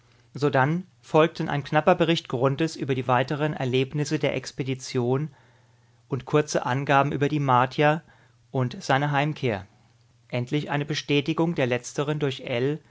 sodann folgten ein knapper bericht grunthes über die weiteren erlebnisse der expedition und kurze angaben über die martier und seine heimkehr endlich eine bestätigung der letzteren durch